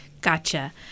Gotcha